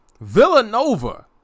Villanova